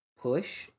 push